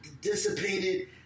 dissipated